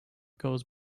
goes